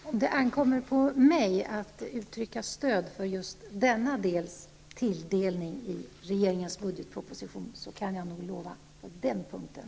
Herr talman! Om det ankommer på mig att uttrycka stöd för tilldelningen i just denna del i regeringens budgetproposition kan jag nog lova ett stöd på den punkten.